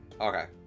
Okay